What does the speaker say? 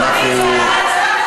אני מסכימה.